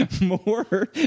More